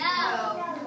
No